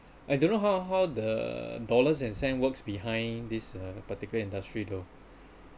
I don't know how how the dollars and cent works behind this uh particular industry though